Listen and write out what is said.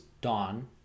Dawn